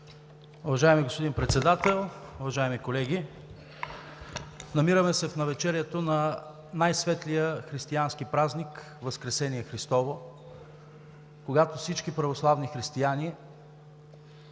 Уважаеми господин Председател, уважаеми колеги! Намираме се в навечерието на най-светлия християнски празник – Възкресение Христово, когато всички православни християни